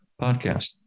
podcast